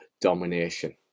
domination